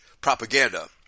propaganda